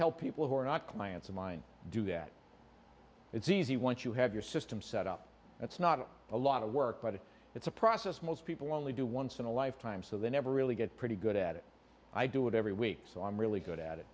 help people who are not clients of mine do that it's easy once you have your system set up that's not a lot of work but it's a process most people only do once in a lifetime so they never really get pretty good at it i do it every week so i'm really good at it